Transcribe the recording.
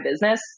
business